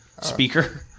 speaker